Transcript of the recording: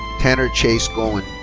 tanner chase goin.